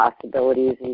possibilities